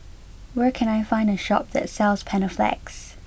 where can I find a shop that sells Panaflex